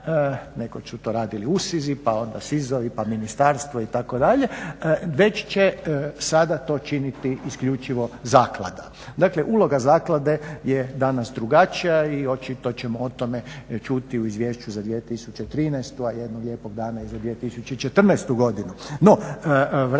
nekoć su to radili USIZ-i pa onda SIZ-ovi pa ministarstvo itd., već će sada to činiti isključivo zaklada. Dakle uloga zaklade je danas drugačija i očito ćemo o tome čuti u izvješću za 2013., a jednog lijepog dana i za 2014. godinu.